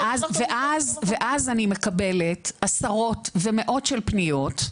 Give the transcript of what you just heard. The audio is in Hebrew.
ואז אני מקבלת עשרות ומאות של פניות,